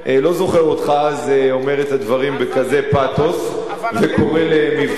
לא זוכר אותך אז אומר את הדברים בכזה פתוס וקורא למבצע,